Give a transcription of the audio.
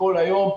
כל היום,